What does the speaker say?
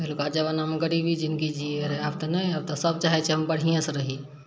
पहिलुका जबानामे गरीबी जिनगी जियै रहै आब तऽ नहि आब तऽ सभ चाहैत छै हम बढ़िएँसँ रही